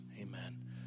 Amen